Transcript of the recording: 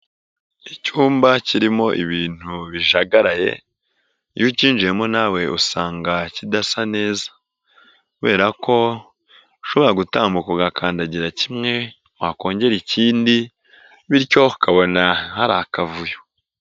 Icyumba kirimo ibintu bijagaraye, iyo ukinyinjiyemo nawe usanga kidasa neza, kubera ko ushobora gutambuka ugakandagira kimwe, wakongera ikindi bityo ukabona hari akavuyo.